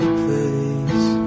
place